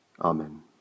Amen